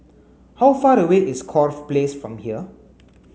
how far away is Corfe Place from here